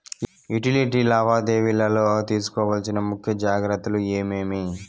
Utility లావాదేవీల లో తీసుకోవాల్సిన ముఖ్య జాగ్రత్తలు ఏమేమి?